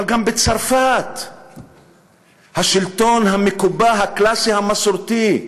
אבל גם בצרפת השלטון המקובע, הקלאסי, המסורתי,